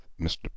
Mr